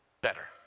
better